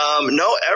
no